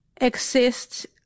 exist